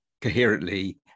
coherently